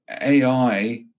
AI